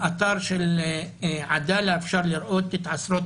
באתר של "עדאלה" אפשר לראות את עשרות